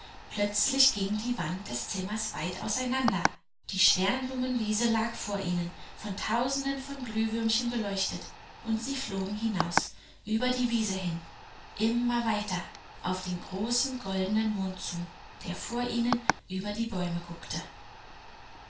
plötzlich ging die wand des zimmers weit auseinander die sternblumenwiese lag vor ihnen von tausenden von glühwürmchen beleuchtet und sie flogen hinaus über die wiese hin immer weiter auf den großen goldenen mond zu der vor ihnen über die bäume guckte